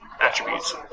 attributes